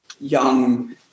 young